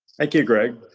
thank you. greg